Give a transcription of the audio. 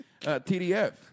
TDF